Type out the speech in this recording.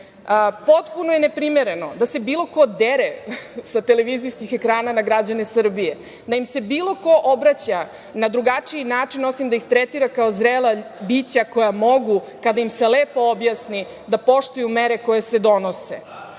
potpuno je neprimereno da se bilo ko dere sa televizijskih ekrana na građane Srbije, da im se bilo ko obraća na drugačiji način, osim da ih tretira kao zrela bića koja mogu, kada im se lepo objasni, da poštuju mere koje se donose.